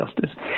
justice